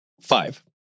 Five